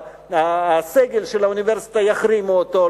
הסגל של האוניברסיטה יחרימו אותו,